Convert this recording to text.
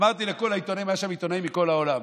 אמרתי לכל העיתונאים, היו שם עיתונאים מכל העולם: